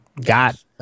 got